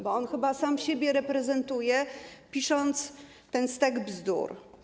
Bo on chyba sam siebie reprezentuje, pisząc ten stek bzdur.